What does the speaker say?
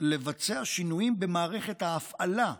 לבצע שינויים במערכת ההפעלה הבסיסית,